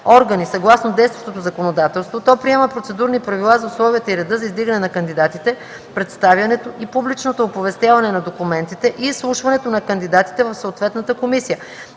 органи съгласно действащото законодателство, то приема процедурни правила за условията и реда за издигане на кандидатите, представянето и публичното оповестяване на документите и изслушването на кандидатите в съответната комисия,